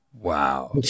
Wow